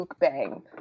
bang